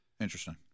Interesting